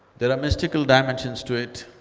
there are mystical dimensions to it.